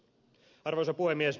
arvoisa puhemies